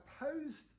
opposed